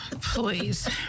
please